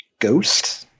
ghost